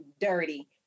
Dirty